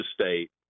State